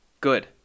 Good